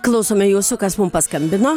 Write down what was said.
klausome jūsų kas mum paskambino